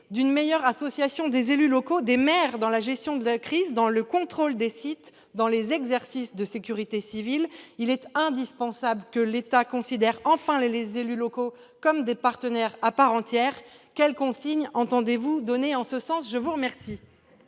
d'une meilleure association des élus locaux, en particulier des maires, dans la gestion de crise, dans le contrôle des sites, dans les exercices de sécurité civile. Il est indispensable que l'État considère enfin les élus locaux comme des partenaires à part entière. Quelles consignes entendez-vous donner en ce sens ? La parole